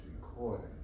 recording